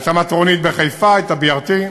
את המטרונית בחיפה, את ה-BRT,